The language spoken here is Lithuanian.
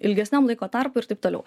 ilgesniam laiko tarpu ir taip toliau